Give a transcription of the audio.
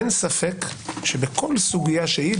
אין ספק שבכל סוגיה שהיא,